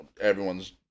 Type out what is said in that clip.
everyone's